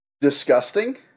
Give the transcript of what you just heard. disgusting